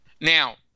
Now